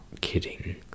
kidding